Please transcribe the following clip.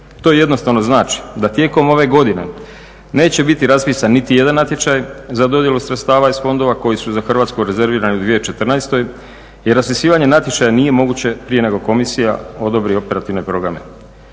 To jednostavno znači da tijekom ove godine neće biti raspisan niti jedan natječaj za dodjelu sredstava iz fondova koji su za Hrvatsku rezervirani u 2014., jer raspisivanje natječaja nije moguće prije nego komisija odobri operativne programe.